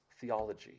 theology